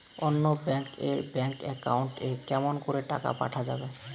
অন্য ব্যাংক এর bank account এ কেমন করে টাকা পাঠা যাবে?